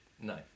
No